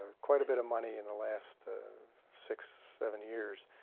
quite a bit of money in the last six, seven years,